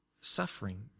Suffering